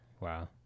Wow